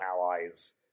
allies